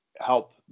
help